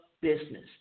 business